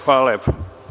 Hvala lepo.